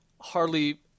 hardly